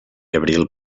abril